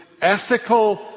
ethical